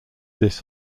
this